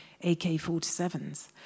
ak-47s